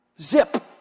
Zip